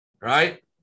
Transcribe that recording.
right